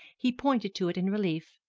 he pointed to it in relief.